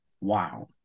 Wow